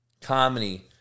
comedy